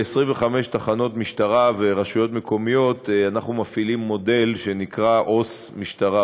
ב-25 תחנות משטרה ורשויות מקומיות אנחנו מפעילים מודל שנקרא עו"ס משטרה,